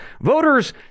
voters